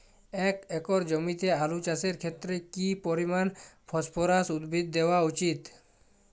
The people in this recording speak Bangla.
এক একর জমিতে আলু চাষের ক্ষেত্রে কি পরিমাণ ফসফরাস উদ্ভিদ দেওয়া উচিৎ?